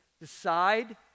decide